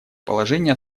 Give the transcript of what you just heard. положение